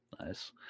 nice